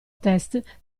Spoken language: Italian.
test